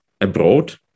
abroad